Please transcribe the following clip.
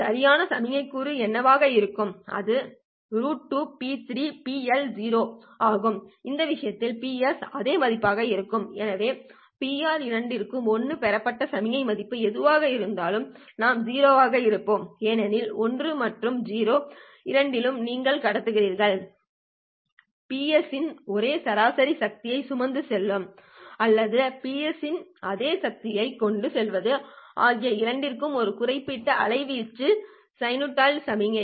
சரியான சமிக்ஞை கூறு என்னவாக இருக்கும் அது 2PsPLO ஆகும் இந்த விஷயத்தில் Ps அதே மதிப்பாக இருக்கும் எனவே Pr இரண்டிற்கும் 1 பெறப்பட்ட சமிக்ஞை மதிப்பு எதுவாக இருந்தாலும் நாம் 0 ஆக இருப்போம் ஏனெனில் 1 மற்றும் 0 இரண்டிலும் நீங்கள் கடத்துகிறீர்கள் Ps இன் ஒரே சராசரி சக்தியைச் சுமந்து செல்வது அல்லது Ps இன் அதே சக்தியைக் கொண்டு செல்வது ஆகிய இரண்டிற்கும் ஒரு குறிப்பிட்ட அலைவீச்சு சைனூசாய்டல் சமிக்ஞை